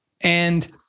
and-